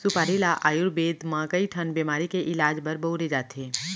सुपारी ल आयुरबेद म कइ ठन बेमारी के इलाज बर बउरे जाथे